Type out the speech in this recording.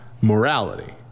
morality